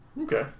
Okay